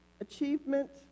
achievement